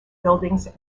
buildings